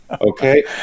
okay